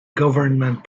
government